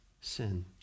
sin